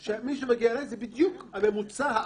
שמי שמגיע אלי זה בדיוק הממוצע הארצי.